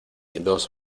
dos